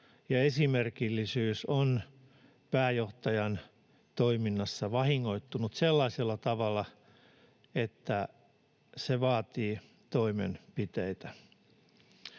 esimerkillisyys on pääjohtajan toiminnassa vahingoittunut sellaisella tavalla, että se vaatii toimenpiteitä.